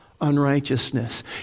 unrighteousness